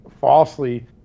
falsely